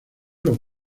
los